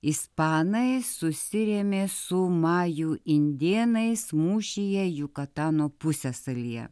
ispanai susirėmė su majų indėnais mūšyje jukatano pusiasalyje